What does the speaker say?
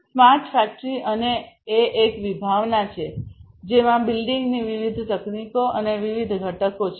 smart factory એ એક વિભાવના છે જેમાં બિલ્ડિંગની વિવિધ તકનીકીઓ અને વિવિધ ઘટકો છે